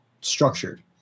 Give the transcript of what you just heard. structured